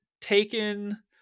taken